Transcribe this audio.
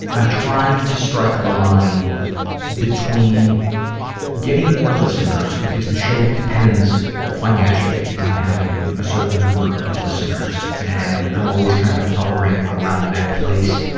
i'm trying to strike a line between getting more listeners because the show depends financially on having a certain number of listeners, and i'm always kind of hovering around that place.